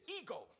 ego